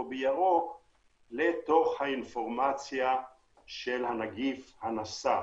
בירוק לתוך האינפורמציה של הנגיף-הנשא.